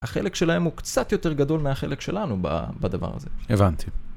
החלק שלהם הוא קצת יותר גדול מהחלק שלנו בדבר הזה. הבנתי.